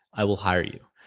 i will hire you.